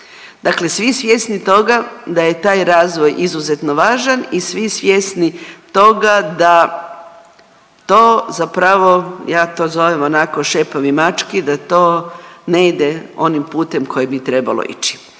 Dakle, svi svjesni toga da je taj razvoj izuzetno važan i svi svjesni toga da to zapravo ja to zovem onako šepavi mački, da to ne ide onim putem kojim bi trebalo ići.